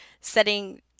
setting